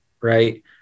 Right